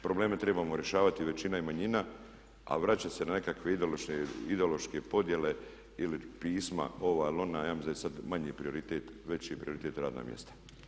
Probleme trebamo rješavati većina i manjina, a vraćati se na nekakve ideološke podjele ili pisma ova ili ona ja mislim da je sad manji prioritet, veći prioritet su radna mjesta.